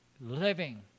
living